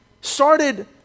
started